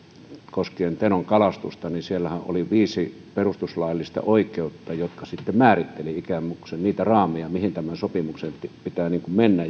koskien tenon kalastusta siellähän oli viisi perustuslaillista oikeutta jotka sitten määrittelivät ikään kuin niitä raameja mihin tämän sopimuksen pitää mennä